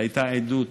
זו הייתה עדות,